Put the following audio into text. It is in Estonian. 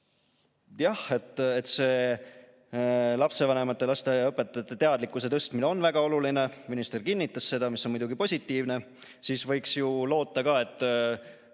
Jah, see lapsevanemate ja lasteaiaõpetajate teadlikkuse tõstmine on väga oluline, minister kinnitas seda ja see on muidugi positiivne. Siis võiks ju loota ka, et